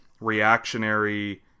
reactionary